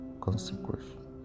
consecration